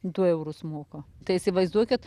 du eurus moka tai įsivaizduokit